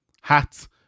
hats